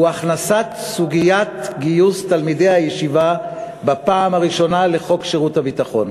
הוא הכנסת סוגיית גיוס תלמידי הישיבה בפעם הראשונה לחוק שירות הביטחון.